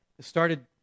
started